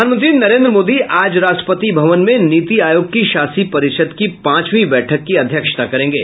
प्रधानमंत्री नरेन्द्र मोदी आज राष्ट्रपति भवन में नीति आयोग की शासी परिषद की पांचवी बैठक की अध्यक्षता करेंगे